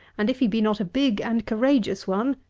and if he be not a big and courageous one,